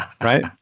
right